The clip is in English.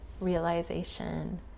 realization